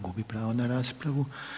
Gubi pravo na raspravu.